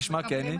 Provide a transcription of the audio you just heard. כשמה כן היא.